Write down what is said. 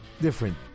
different